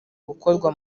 gukorwa